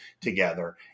together